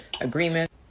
agreement